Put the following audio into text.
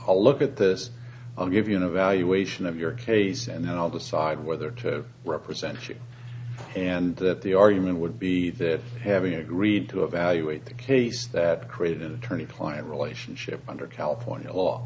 i'll look at this and give you an evaluation of your case and then i'll decide whether to represent you and that the argument would be that having agreed to evaluate the case that created attorney client relationship under california law